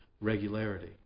regularity